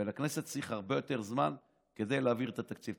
ובכנסת צריך הרבה יותר זמן כדי להעביר את התקציב.